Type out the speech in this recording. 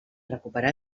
recuperar